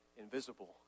invisible